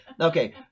okay